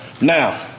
Now